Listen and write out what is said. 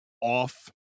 off